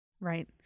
right